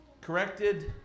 corrected